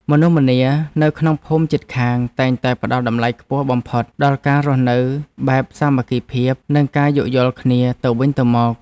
មនុស្សម្នានៅក្នុងភូមិជិតខាងតែងតែផ្ដល់តម្លៃខ្ពស់បំផុតដល់ការរស់នៅបែបសាមគ្គីភាព និងការយោគយល់គ្នាទៅវិញទៅមក។